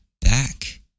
back